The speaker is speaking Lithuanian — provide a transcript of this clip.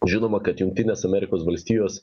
žinoma kad jungtinės amerikos valstijos